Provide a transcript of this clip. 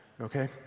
okay